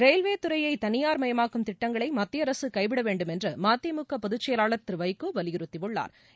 ரயில்வேத் துறையை தனியார்மயமாக்கும் திட்டங்களை மத்திய அரசு கைவிட வேண்டுமென்று மதிமுக பொதுச்செயலாளா் திரு வைகோ வலியுறுத்தியுள்ளாா்